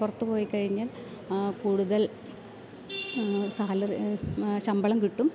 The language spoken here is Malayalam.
പുറത്ത് പോയിക്കഴിഞ്ഞാൽ കൂടുതൽ സാലറി ശമ്പളം കിട്ടും